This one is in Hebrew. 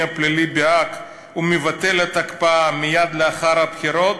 הכללי בהאג ומבטל את ההקפאה מייד לאחר הבחירות,